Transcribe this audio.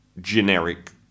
generic